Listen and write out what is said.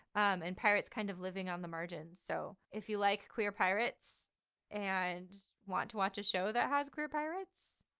um and pirates kind of living on the margins. so if you like queer pirates and want to watch a show that has queer pirates,